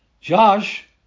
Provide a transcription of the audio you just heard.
Josh